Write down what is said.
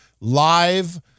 Live